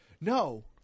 No